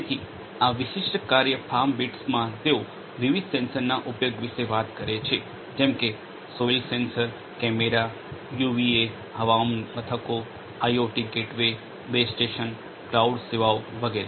તેથી આ વિશિષ્ટ કાર્ય ફાર્મબીટ્સમાં તેઓ વિવિધ સેન્સરના ઉપયોગ વિશે વાત કરે છે જેમ કે સોઈલ સેન્સર કેમેરા યુવીએ હવામાન મથકો IoT gateway base station cloud સેવાઓ વગેરે